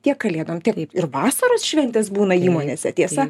tiek kalėdom tiek kaip ir vasaros šventės būna įmonėse tiesa